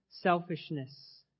selfishness